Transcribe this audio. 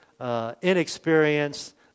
inexperienced